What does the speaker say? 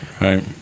Right